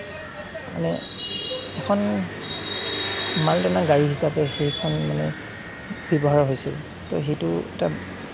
মানে এখন মালটনা গাড়ী হিচাপে সেইখন মানে ব্যৱহাৰ হৈছিল ত' সেইটো এটা